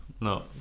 no